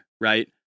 right